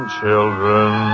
children